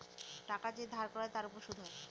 টাকা যে ধার করায় তার উপর সুদ হয়